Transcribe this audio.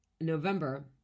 November